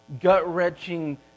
gut-wrenching